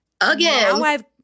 Again